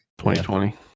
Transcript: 2020